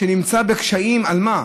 והוא נמצא בקשיים, על מה?